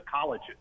colleges